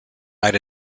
night